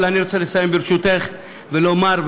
אני רוצה לסיים, ברשותך, ולומר: